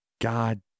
God